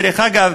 דרך אגב,